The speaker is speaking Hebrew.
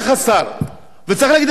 וצריך להגיד את הדברים ביושר.